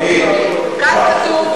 כאן כתוב,